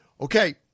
Okay